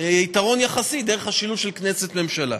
יתרון יחסי דרך השילוב של כנסת ממשלה.